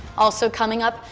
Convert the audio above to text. also coming up.